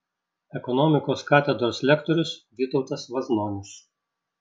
ekonomikos katedros lektorius vytautas vaznonis